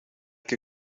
que